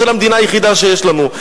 של המדינה היחידה שיש לנו.